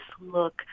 look